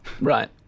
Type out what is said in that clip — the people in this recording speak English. Right